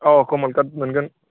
औ कमल कात मोनगोन